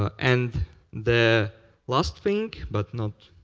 ah and the last thing, but not